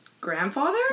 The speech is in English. grandfather